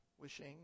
wishing